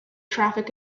traffic